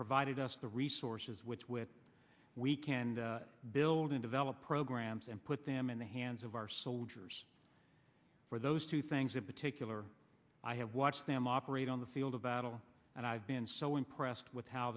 provided us the resources which which we can build in develop programs and put them in the hands of our soldiers for those two things that particular i have watched them operate on the field of battle and i've been so impressed with how